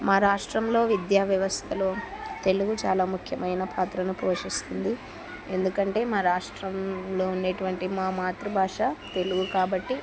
మా రాష్ట్రంలో విద్యా వ్యవస్థలో తెలుగు చాలా ముఖ్యమైన పాత్రను పోషిస్తుంది ఎందుకంటే మా రాష్ట్రంలో ఉండేటటువంటి మా మాతృభాష తెలుగు కాబట్టి